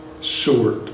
short